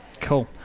Cool